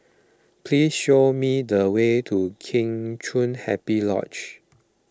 please show me the way to Kheng Chiu Happy Lodge